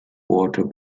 water